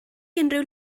unrhyw